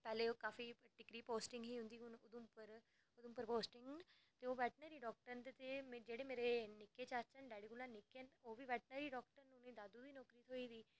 पैह्लें ओह् काफी टिकरी पोस्टिंग ही हून ओह् उधमपुर उधमपुर हुन पोस्टेड न ते ओह् वैटनरी डाक्टर न ते जेह्ड़े मेरे निक्के चाचे न डैडी कोला निक्के ओह्बी बैटनरी डाक्टर उनेंगी दादू दी नौकरी थ्होई दी